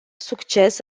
succes